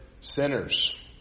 sinners